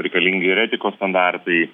reikalingi ir etikos standartai